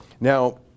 Now